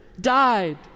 died